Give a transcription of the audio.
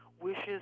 wishes